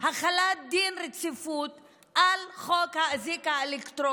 החלת דין רציפות על חוק האזיק האלקטרוני.